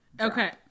Okay